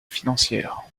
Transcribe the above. financières